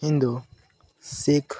Hindu Sikh